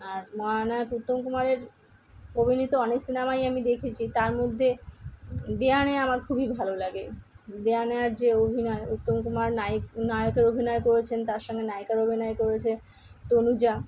আর মহানায়ক উত্তমকুমারের অভিনীত অনেক সিনেমাই আমি দেখেছি তার মধ্যে দেয়া নেয়া আমার খুবই ভালো লাগে দেয়া নেয়ার যে অভিনয় উত্তম কুমার নায়ক নায়কের অভিনয় করেছেন আর সঙ্গে নায়িকার অভিনয় করেছে তনুজা